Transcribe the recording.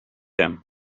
him